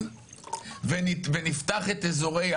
מי שמכבד בנוכחותו את הדיון שלנו,